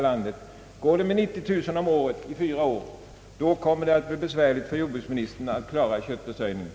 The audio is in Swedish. Blir utslaktningen 90 000 djur om året under fyra år får jordbruksministern stora svårigheter att klara köttförsörjningen.